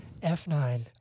F9